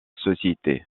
société